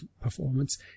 performance